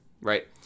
right